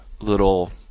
little